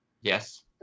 Yes